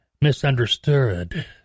misunderstood